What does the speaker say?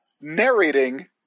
narrating